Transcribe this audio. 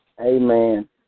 Amen